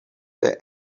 that